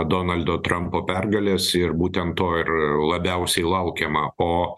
donaldo trumpo pergalės ir būtent to ir labiausiai laukiama o